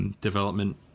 development